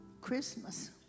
Christmas